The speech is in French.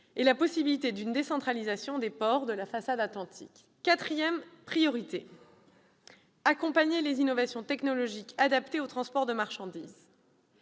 sur la possibilité d'une décentralisation des ports de la façade atlantique. Quatrième priorité : accompagner les innovations technologiques adaptées au transport de marchandises.